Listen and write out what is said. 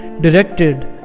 directed